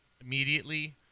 immediately